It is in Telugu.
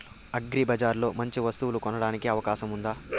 అగ్రిబజార్ లో మంచి వస్తువు కొనడానికి అవకాశం వుందా?